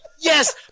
Yes